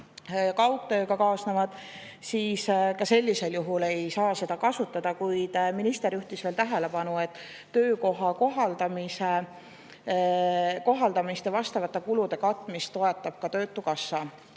kaugtööga kaasnevad, siis sellisel juhul ei saa seda kasutada. Kuid minister juhtis veel tähelepanu, et töökoha kohaldamise kulude katmist toetab ka töötukassa.